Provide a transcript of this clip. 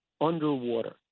underwater